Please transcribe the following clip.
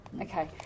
Okay